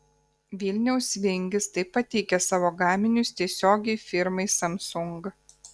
vilniaus vingis taip pat teikia savo gaminius tiesiogiai firmai samsung